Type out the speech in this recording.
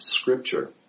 scripture